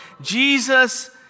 Jesus